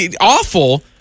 awful